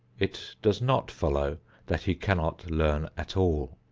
it does not follow that he cannot learn at all.